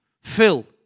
fill